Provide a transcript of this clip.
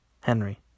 Henry